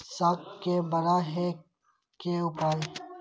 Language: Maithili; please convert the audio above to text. साग के बड़ा है के उपाय?